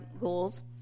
goals